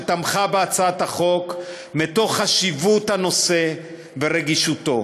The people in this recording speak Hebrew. שתמכה בהצעת החוק מתוך חשיבות הנושא ורגישותו,